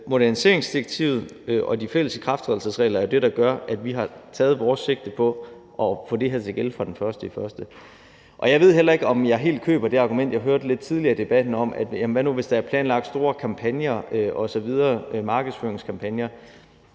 moderniseringsdirektivet og de fælles ikrafttrædelsesregler er jo det, der gør, at vi har taget sigte på at få det her til at gælde fra den 1. januar. Jeg ved heller ikke, om jeg helt køber det argument, jeg hørte lidt tidligere i debatten, om situationen, hvis der er planlagt store markedsføringskampagner